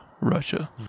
Russia